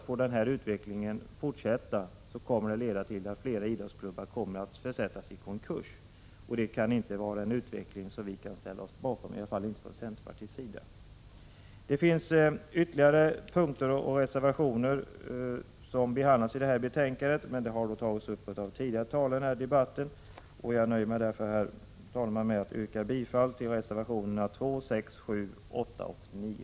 Får den utvecklingen fortsätta kommer det att leda till att flera idrottsklubbar kommer att försättas i konkurs. Det är en utveckling som vi från centerpartiets sida inte kan ställa oss bakom. Ytterligare punkter och reservationer har behandlats i detta betänkande, men de har tagits upp av tidigare talare i debatten. Jag nöjer mig därför, herr talman, med att yrka bifall till reservationerna 2, 6, 7, 8 och 9.